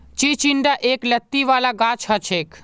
चिचिण्डा एक लत्ती वाला गाछ हछेक